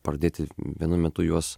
pradėti vienu metu juos